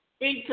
income